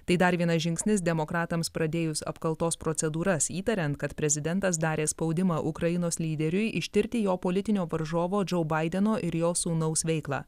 tai dar vienas žingsnis demokratams pradėjus apkaltos procedūras įtariant kad prezidentas darė spaudimą ukrainos lyderiui ištirti jo politinio varžovo džou baideno ir jo sūnaus veiklą